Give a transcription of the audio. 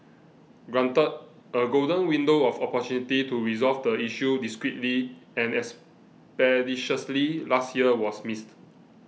granted a golden window of opportunity to resolve the issue discreetly and expeditiously last year was missed